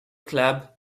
club